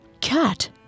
Cat